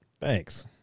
Thanks